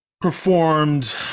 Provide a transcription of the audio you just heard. performed